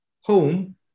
home